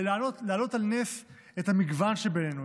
ולהעלות על נס את המגוון שבינינו,